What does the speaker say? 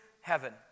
heaven